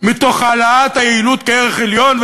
מתוך העלאת היעילות כערך עליון.